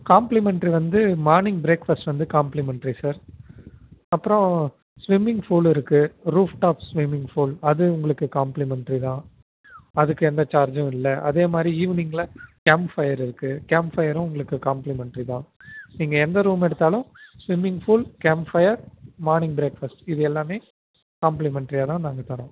complimentary வந்து morning breakfast வந்து complimentary sir அப்புறம் ஸ்விம்மிங் ஃபூலு இருக்குது ரூஃப் டாப் ஸ்விம்மிங் ஃபூல் அது உங்களுக்கு காம்ப்ளிமெண்ட்ரி தான் அதுக்கு எந்த சார்ஜும் இல்லை அதேமாதிரி ஈவினிங்ல கேம்ப் ஃபயர் இருக்குது கேம்ப் ஃபயரும் உங்களுக்கு காம்ப்ளிமெண்ட்ரி தான் நீங்கள் எந்த ரூம் எடுத்தாலும் swimming pool camp fire morning breakfast இதெல்லாமே காம்ப்ளிமெண்ட்ரியாக தான் நாங்கள் தரோம்